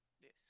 Yes